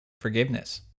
forgiveness